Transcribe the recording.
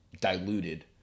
diluted